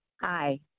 Hi